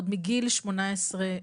עוד מגיל 18,